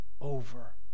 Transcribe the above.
over